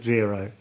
Zero